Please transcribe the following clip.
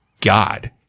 god